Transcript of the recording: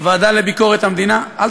בוועדה לביקורת המדינה, מצוינת, מצוינת.